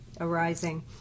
arising